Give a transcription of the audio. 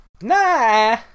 Nah